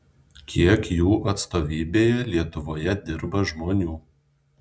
kiek jų atstovybėje lietuvoje dirba žmonių